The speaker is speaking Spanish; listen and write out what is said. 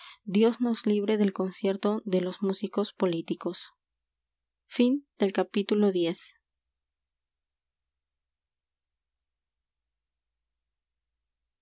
dios nos libre del concierto de los músicos políticos